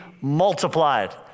multiplied